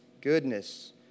goodness